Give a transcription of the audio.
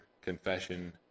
confession